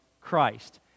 Christ